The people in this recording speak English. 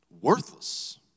Worthless